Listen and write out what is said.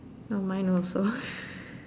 oh mine also